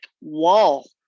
wall